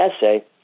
essay